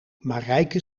marijke